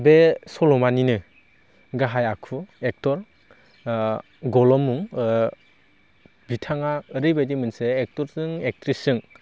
बे सल'मानिनो गाहाय आखु एक्टर गल' मुं बिथाङा ओरैबादि मोनसे एक्टरजों एकट्रिसजों